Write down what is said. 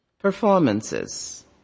Performances